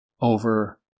over